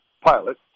pilot